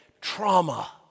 Trauma